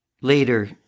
later